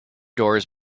doors